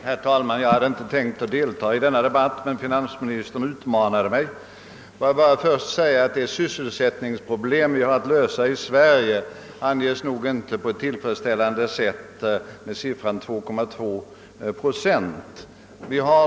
Herr talman! Jag hade inte tänkt delta i denna debatt men finansministern utmanade mig. Låt mig bara först säga att de sysselsättningsproblem vi har att lösa i Sverige nog inte på ett tillfredsställande sätt kan anges med siffran 2,2 procent arbetslösa.